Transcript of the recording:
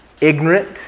ignorant